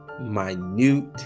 minute